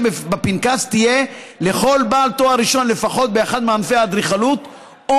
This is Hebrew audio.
בפנקס תהיה לכל בעל תואר ראשון לפחות באחד מענפי האדריכלות או